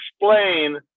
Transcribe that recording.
explain